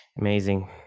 Amazing